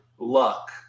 Luck